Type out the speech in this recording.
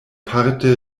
parte